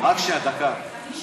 רק שנייה, דקה.